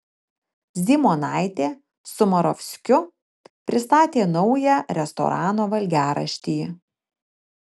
zymonaitė su moravskiu pristatė naują restorano valgiaraštį